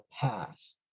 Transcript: pass